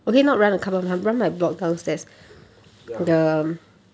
ya